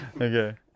Okay